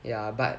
ya but